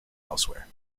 elsewhere